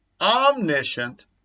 omniscient